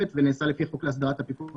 ונעשה לפי חוקי הסדרת הפיקוח על כלבים.